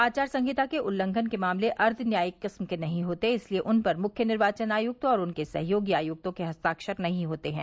आचार संहिता के उल्लंघन के मामले अर्ध न्यायिक किस्म के नहीं होते इसलिए उन पर मुख्य निर्वाचन आयुक्त और उनके सहयोगी आयुक्तों के हस्ताक्षर नहीं होते हैं